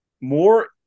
more